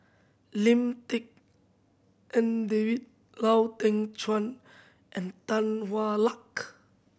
Lim Tik En David Lau Ting Chuan and Tan Hwa Luck